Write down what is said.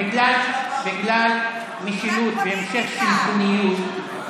בגלל משילות והמשך שלטוניות,